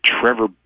Trevor